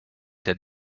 der